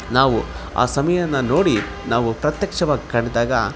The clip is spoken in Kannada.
ನಾವು ಆ ಸಮಯವನ್ನ ನೋಡಿ ನಾವು ಪ್ರತ್ಯಕ್ಷವಾಗಿ ಕಾಣ್ದಾಗ